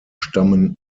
stammen